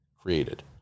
created